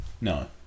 No